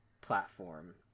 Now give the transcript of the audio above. platform